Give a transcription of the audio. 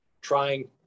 trying